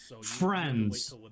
Friends